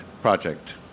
project